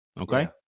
okay